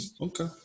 Okay